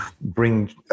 bring